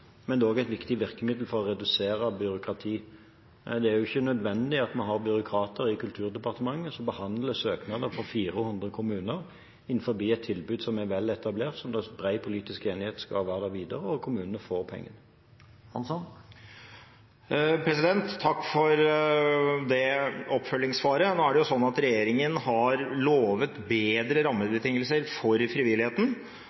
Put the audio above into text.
men også som et viktig virkemiddel for å redusere byråkratiet. Det er ikke nødvendig at vi har byråkrater i Kulturdepartementet som behandler søknader fra 400 kommuner innenfor et tilbud som er vel etablert, som det er bred politisk enighet om skal være der videre. Og kommunene får penger. Takk for det oppfølgingssvaret. Nå er det jo slik at regjeringen har lovet bedre rammebetingelser for frivilligheten,